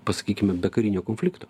pasakykime be karinio konflikto